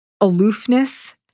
aloofness